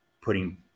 putting